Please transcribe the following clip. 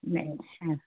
नहीं अच्छा